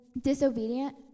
disobedient